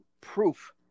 proof